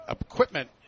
equipment